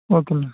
okay ma'am